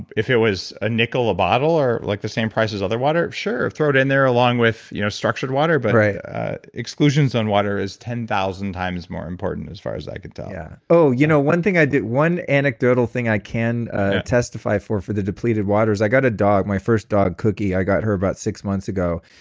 if it was a nickel a bottle or like the same price as other water, sure, throw it in there along with you know structured water, but exclusions on water is ten thousand times more important as far as i can tell yeah oh, you know one thing i did. one antidotal thing i can testify for for the depleted water is i got a dog, my first dog, cookie. i got her about six months ago,